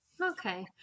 Okay